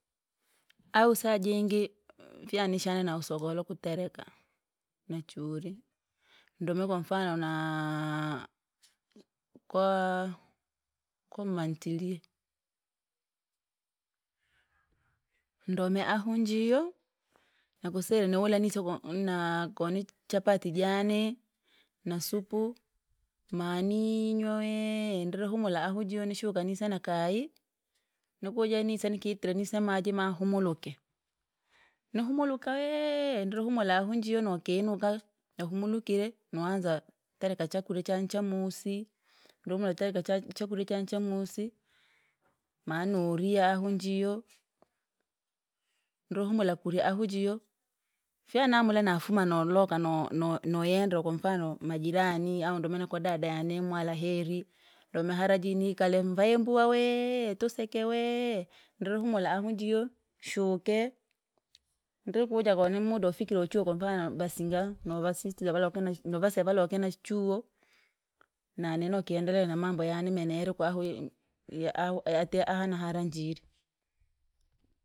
Au saa jingi, vyanishana na usokolo kutereka, na churi? Ndome kwa mfano, naa! Kwaa! Kwa mama ntilie. Ndo mya- ahunjio? Na kusere ni wulaniso koo naa koni chapati jane! Na supu, ma maninyoee ndre humula ahujio nishuka nisa na kai, nukuje nise nikitrenise maji mahumuluke. Nihumulika ndri humula ahunjio nukinuka, nihuumulikire, noanza taraka chakurya cha- nchamusi, ndo mataika cha- chakura cha- nchamusi, maa noria unjio. Ndro humula kurya ahujio, feena na mule nafuma noloka no- no- noyendo kwa mfano, majirani au ndo maana kwa dada yane mwala heri, romahajini kale mvaembua wee! Tuseke wee! Ndro humula ahunjio, shuuke. Ndri kuja koo nimuda ufike uchuko kwamfano basinga novasistia vala kuno novasa basi vala vakina chuo, na neno ukiendelea namambo yaani menero kwahuyi ya- ahu yatea aha na hara njiri.